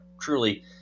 truly